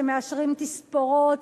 שמאשרים תספורות,